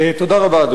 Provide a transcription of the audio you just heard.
אדוני, תודה רבה.